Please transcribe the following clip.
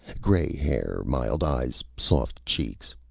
grey hair, mild eyes, soft cheeks.